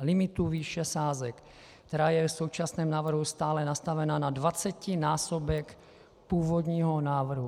limitů výše sázek, která je v současném návrhu stále nastavena na dvacetinásobek původního návrhu.